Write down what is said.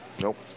Nope